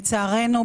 לצערנו,